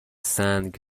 سنگ